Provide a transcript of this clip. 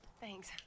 Thanks